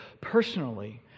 personally